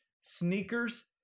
sneakers